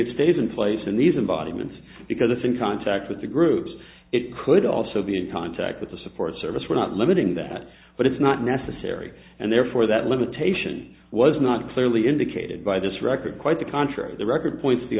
it stays in place in these embodiments because it's in contact with the groups it could also be in contact with the support service we're not limiting that but it's not necessary and therefore that limitation was not clearly indicated by this record quite the contrary the record points the